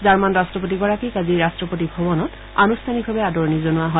German ৰট্টপতিগৰাকীক আজি ৰট্টপতি ভৱনত আনুষ্ঠানিকভাৱে আদৰণি জনোৱা হয়